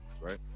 right